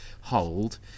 hold